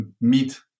meet